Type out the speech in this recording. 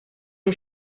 the